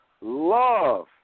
love